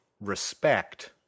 respect